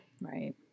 Right